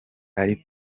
ari